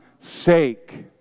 sake